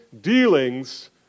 dealings